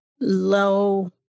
low